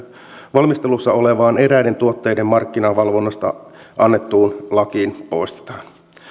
valmistelussa olevaan eräiden tuotteiden markkinavalvonnasta annettuun lakiin poistetaan